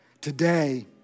Today